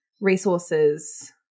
resources